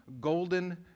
golden